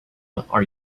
are